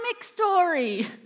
story